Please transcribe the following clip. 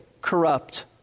corrupt